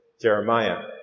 Jeremiah